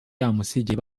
yamusigiye